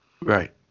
Right